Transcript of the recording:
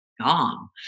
gone